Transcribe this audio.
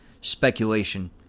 speculation